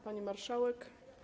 Pani Marszałek!